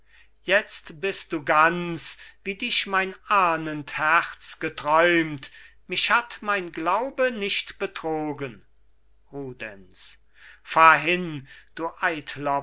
jetzt bist du ganz wie dich mein ahnend herz geträumt mich hat mein glaube nicht betrogen rudenz fahr hin du